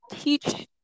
Teach